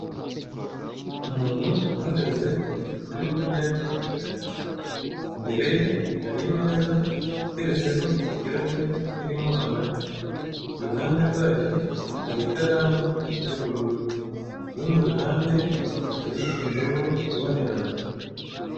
Umuntu uhagaze uri kurya umugati, imbere ye hari imeza iteretseho ikirahure kirimo amata, iruhande rwacyo hari ikaramu y'ubururu kurundi ruhande hari indobo ibonerana.